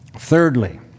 Thirdly